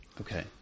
okay